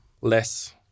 less